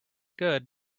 good